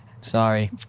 Sorry